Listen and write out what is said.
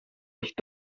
nicht